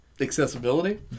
accessibility